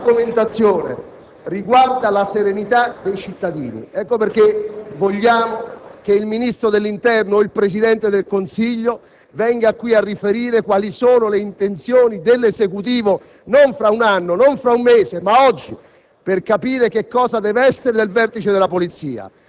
dai Gruppi* *AN e FI)*. Questi argomenti toccano la serenità dei cittadini. Ecco perché vogliamo che il Ministro dell'interno o il Presidente del Consiglio vengano qui a riferire quali sono le intenzioni dell'Esecutivo non fra un anno, non fra un mese, ma oggi,